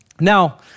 Now